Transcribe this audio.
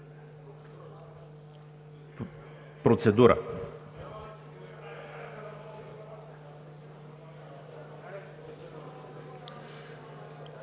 Процедура.